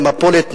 למפולת נוספת.